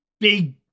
Big